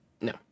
No